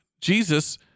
Jesus